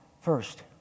first